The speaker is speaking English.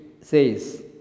says